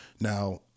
Now